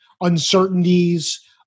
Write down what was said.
uncertainties